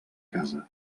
casa